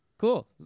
Cool